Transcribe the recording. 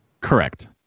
Correct